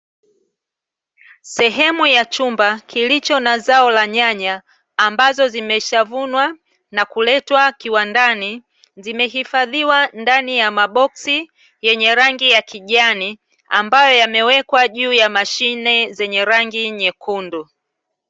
Sehemu ya chumba kilicho na zao la nyanya ambazo zimeshavunwa na kuletwa kiwandani, zimehifadhiwa ndani ya maboksi yenye rangi ya kijani, ambayo yamewekwa juu ya mashine zenye rangi nyekundu.